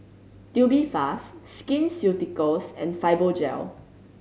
Tubifast Skin Ceuticals and Fibogel